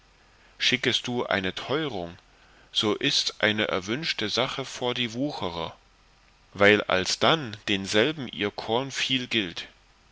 schickest du eine teurung so ists eine erwünschte sache vor die wucherer weil alsdann denselben ihr korn viel gilt